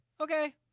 Okay